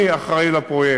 אני אחראי לפרויקט.